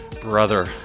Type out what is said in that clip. brother